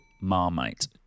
marmite